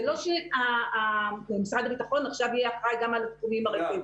זה לא שמשרד הביטחון עכשיו יהיה אחראי גם על התחומים הרפואיים.